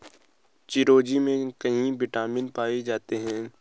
चिरोंजी में कई विटामिन पाए जाते हैं